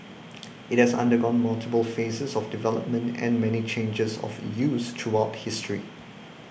it has undergone multiple phases of development and many changes of use throughout history